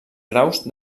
graus